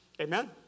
Amen